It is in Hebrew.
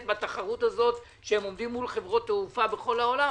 לתחרות הזאת שהם עומדים מול חברות תעופה בכל העולם,